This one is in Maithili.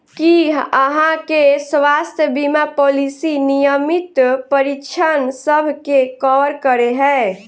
की अहाँ केँ स्वास्थ्य बीमा पॉलिसी नियमित परीक्षणसभ केँ कवर करे है?